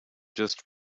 just